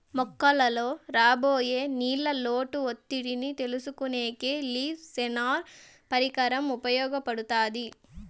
మొక్కలలో రాబోయే నీళ్ళ లోటు ఒత్తిడిని తెలుసుకొనేకి లీఫ్ సెన్సార్ పరికరం ఉపయోగపడుతాది